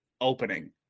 opening